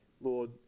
Lord